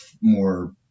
more